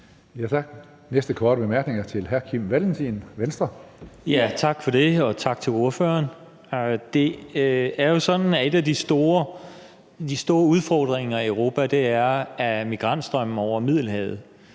Hønge): Tak. Næste korte bemærkning er til hr. Kim Valentin, Venstre. Kl. 19:13 Kim Valentin (V): Tak for det, og tak til ordføreren. Det er jo sådan, at en af de store udfordringer i Europa er migrantstrømmen over Middelhavet.